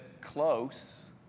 close